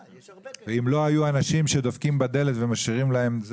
ואם לא היו אנשים שדופקים בדלת ומשאירים להם מוצרים ,